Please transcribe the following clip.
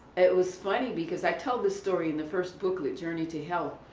it was funny because i told the story in the first booklet, journey to health.